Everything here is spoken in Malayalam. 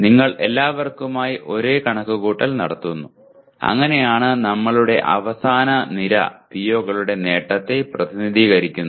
നിങ്ങൾ എല്ലാവർക്കുമായി ഒരേ കണക്കുകൂട്ടൽ നടത്തുന്നു അങ്ങനെയാണ് നമ്മളുടെ അവസാന നിര PO കളുടെ നേട്ടത്തെ പ്രതിനിധീകരിക്കുന്നത്